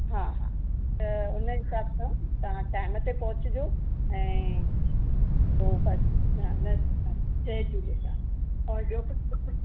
हा हा त हुन हिसाहु सां तव्हां टाइम ते पहुचजो ऐं पोइ बसि हा न जय झूलेलाल तव्हांखे और ॿियों कुझु पुछिणो